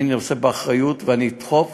אני נושא באחריות ואני אדחוף,